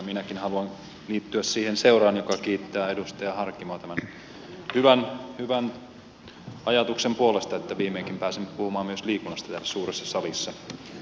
minäkin haluan liittyä siihen seuraan joka kiittää edustaja harkimoa tästä hyvästä ajatuksesta niin että viimeinkin pääsen nyt puhumaan myös liikunnasta täällä suuressa salissa